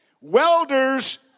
Welders